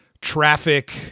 traffic